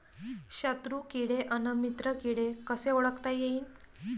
शत्रु किडे अन मित्र किडे कसे ओळखता येईन?